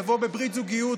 לבוא בברית זוגיות,